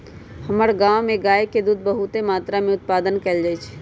हमर गांव में गाय के दूध बहुते मत्रा में उत्पादन कएल जाइ छइ